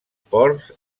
ports